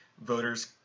voters